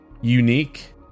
unique